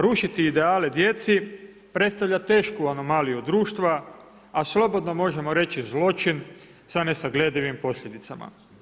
Rušiti ideale djeci, predstavlja tešku anomaliju društva, a slobodno možemo reći zločin sa nesagledivim posljedicama.